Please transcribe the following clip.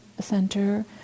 center